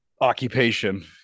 occupation